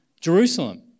Jerusalem